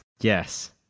Yes